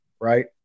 Right